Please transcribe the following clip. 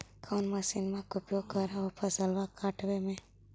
कौन मसिंनमा के उपयोग कर हो फसलबा काटबे में?